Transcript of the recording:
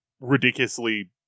ridiculously